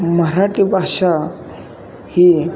मराठी भाषा ही